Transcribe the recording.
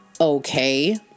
Okay